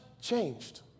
changed